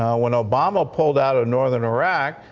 when obama pulled out of northern iraq,